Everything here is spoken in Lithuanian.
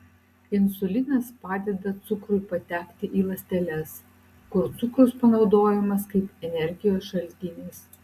insulinas padeda cukrui patekti į ląsteles kur cukrus panaudojamas kaip energijos šaltinis